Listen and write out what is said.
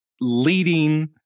leading